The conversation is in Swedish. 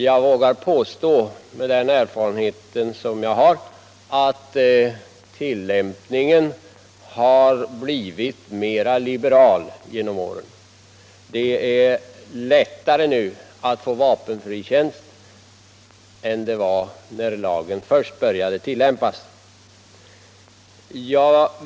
Jag vågar vidare påstå att tillämpningen genom åren har blivit mer och mer liberal. Därför är det nu lättare att få vapenfri tjänst än det var när lagen först började tillämpas.